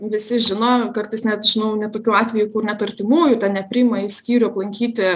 visi žino kartais net žinau net tokių atvejų kur net artimųjų ten nepriima į skyrių lankyti